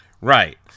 Right